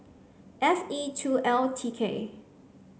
F E two L T K